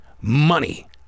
money